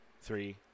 three